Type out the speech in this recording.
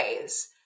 ways